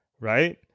right